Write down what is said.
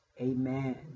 amen